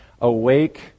Awake